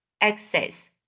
access